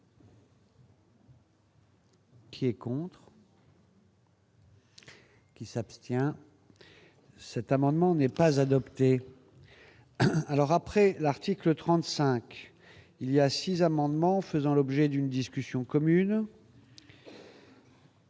Qui compte. Qui s'abstient cet amendement n'est pas adopté alors après l'article 35 il y a six amendements faisant l'objet d'une discussion commune.